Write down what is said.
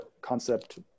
concept